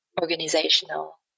organizational